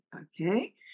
okay